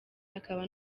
akaba